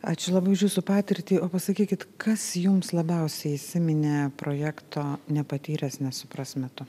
ačiū labai už jūsų patirtį o pasakykit kas jums labiausiai įsiminė projekto nepatyręs nesupras metu